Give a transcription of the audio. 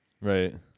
Right